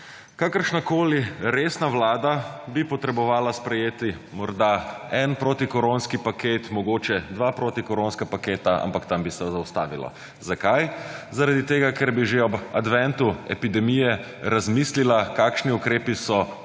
Kakršnakoli resna Vlada bi potrebovala sprejeti morda en protikoronski paket, mogoče dva protikoronska paketa, ampak tam bi se zaustavilo. **102. TRAK (VI) 18.55** (nadaljevanje) Zakaj? Zaradi tega, ker bi že ob adventu epidemije razmislila kakšni ukrepi so